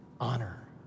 Honor